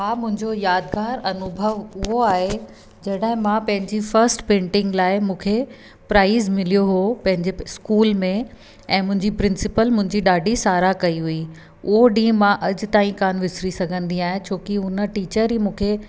मुंहिंजो यादगारु अनुभव उहो आहे जॾहिं मां पंहिंजी फर्स्ट पेंटिंग लाइ मूंखे प्राइज़ मिलियो हुओ पंहिंजे स्कूल में ऐं मुंहिंजी प्रिंसिपल मुंहिंजी ॾाढी साराह कई हुई उहो ॾींहुं मां अॼु ताईं कोन विसिरी सघंदी आहियां छोकी हुन टीचर ई मूंखे